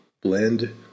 blend